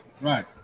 Right